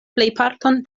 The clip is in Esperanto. plejparton